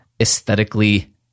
aesthetically